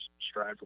strive